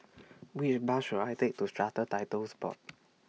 Which Bus should I Take to Strata Titles Board